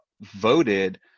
voted